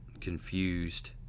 confused